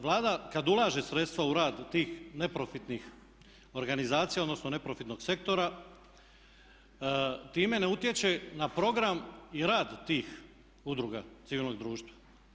Vlada kad ulaže sredstva u rad tih neprofitnih organizacija, odnosno neprofitnog sektora time ne utječe na program i rad tih udruga civilnog društva.